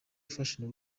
fashion